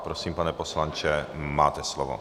Prosím, pane poslanče, máte slovo.